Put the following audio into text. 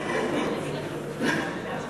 חברות וחברי הכנסת,